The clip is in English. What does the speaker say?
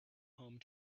home